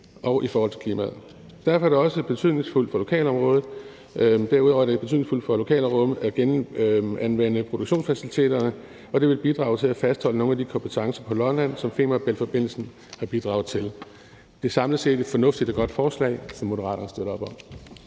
og i forhold til klimaet. Og derudover er det betydningsfuldt for lokalområdet at genanvende produktionsfaciliteterne, og det ville bidrage til at fastholde nogle af de kompetencer på Lolland, som Femern Bælt-forbindelsen har bidraget til. Det er samlet set et fornuftigt og godt forslag, som Moderaterne støtter op om.